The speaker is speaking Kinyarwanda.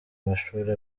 mashuri